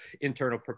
internal